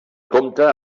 compta